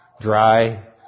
dry